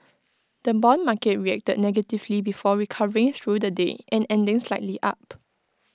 the Bond market reacted negatively before recovering through the day and ending slightly up